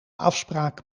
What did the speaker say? afspraak